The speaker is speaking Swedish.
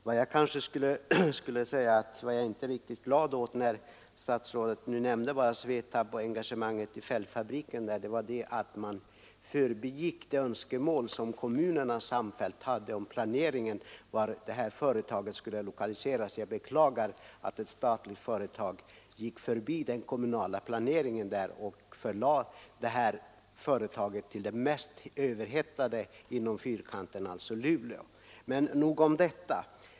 Vad jag inte var riktigt glad åt i samband med engagemanget i Luleå med fälgfabriken som statsrådet nämnde om var, att man förbigick Fyrkantskommunernas samfällda önskemål vad gällde lokaliseringen. Jag beklagar att ett statligt företag går helt förbi den kommunala planeringen och förlägger detta företag till den mest överhettade delen av Fyrkanten, alltså till Luleå. Men nog om detta.